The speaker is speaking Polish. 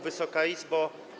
Wysoka Izbo!